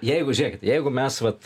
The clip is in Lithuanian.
jeigu žiūrėkit jeigu mes vat